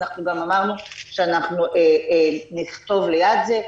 אנחנו גם אמרנו שאנחנו נכתוב ליד זה.